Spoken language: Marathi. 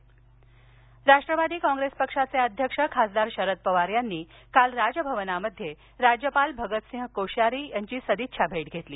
राज्यपाल भेट राष्ट्रवादी काँप्रेस पक्षाचे अध्यक्ष खासदार शरद पवार यांनी काल राजभवनात राज्यपाल भगतसिंग कोश्यारी यांची सदिच्छा भेट घेतली